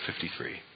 53